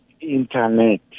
internet